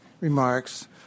remarks